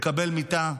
לקבל מיטה.